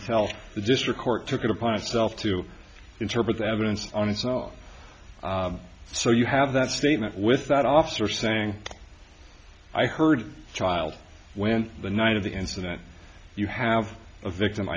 and self the district court took it upon itself to interpret the evidence on its own so you have that statement with that officer saying i heard child when the night of the incident you have a victim